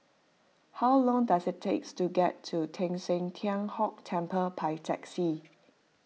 how long does it take to get to Teng San Tian Hock Temple by taxi